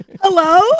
Hello